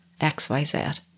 xyz